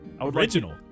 original